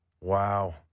Wow